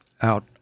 out